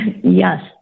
Yes